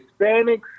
Hispanics